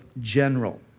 general